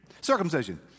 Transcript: Circumcision